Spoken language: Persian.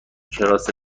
کراس